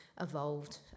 evolved